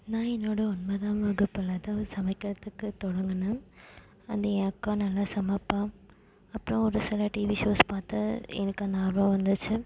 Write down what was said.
நான் என்னோட ஒன்பதாம் வகுப்பில் தான் சமைக்கிறதுக்கு தொடங்கினேன் அது என் அக்கா நல்லா சமைப்பாள் அப்றம் ஒரு சில டிவி ஷோஸ் பார்த்து எனக்கு அந்த ஆர்வம் வந்துச்சு